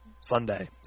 Sunday